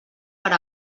per